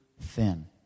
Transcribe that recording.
thin